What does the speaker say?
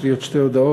יש לי עוד שתי הודעות